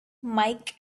mike